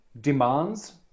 demands